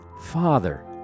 Father